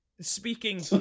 Speaking